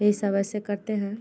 यही सब ऐसे करते हैं